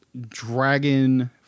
dragon